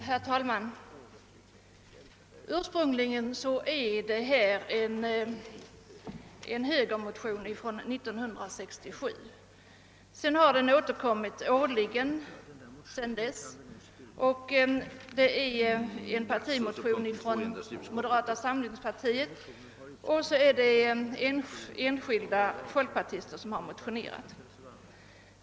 Herr talman! Ursprungligen är detta förslag framlagt i en högermotion 1967. Sedan dess har förslag i frågan återkommit årligen och har i år framlagts i en partimotion från moderata samlingspartiet och av enskilda motionärer från folkpartiet.